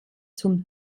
zum